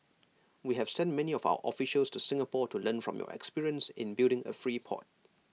we have sent many of our officials to Singapore to learn from your experience in building A free port